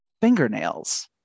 fingernails